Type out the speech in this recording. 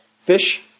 fish